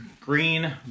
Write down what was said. green